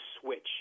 switch